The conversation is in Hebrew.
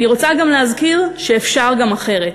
אני רוצה להזכיר שאפשר גם אחרת.